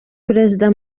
perezida